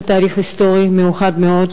זה תאריך היסטורי מיוחד מאוד,